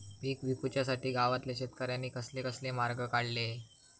पीक विकुच्यासाठी गावातल्या शेतकऱ्यांनी कसले कसले मार्ग काढले?